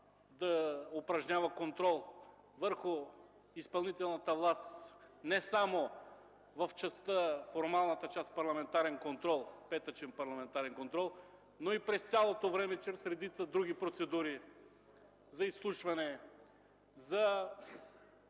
да упражнява контрол върху изпълнителната власт не само във формалната част петъчен парламентарен контрол, но и през цялото време чрез редица други процедури за изслушване, за